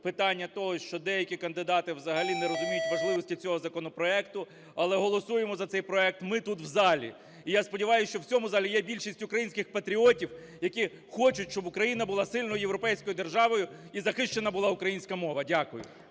питання того, що деякі кандидати взагалі не розуміють важливості цього законопроекту. Але голосуємо за цей проект ми тут в залі. І я сподіваюсь, що в цьому залі є більшість українських патріотів, які хочуть, щоб Україна була сильною європейською державою і захищена була українська мова. Дякую.